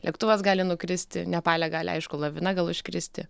lėktuvas gali nukristi nepale gali aišku lavina gal užkristi